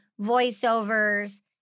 voiceovers